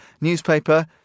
newspaper